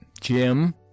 Jim